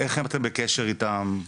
איך אתם בקשר איתם?